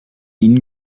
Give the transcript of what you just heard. ihnen